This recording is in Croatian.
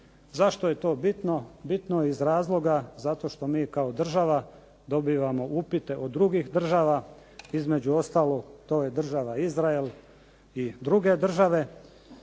Zašto je to bitno? Bitno je iz razloga zato što mi kao država dobivamo upite od drugih država između ostalog to je država Izrael i druge države